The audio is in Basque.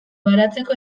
baratzeko